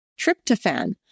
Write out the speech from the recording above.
Tryptophan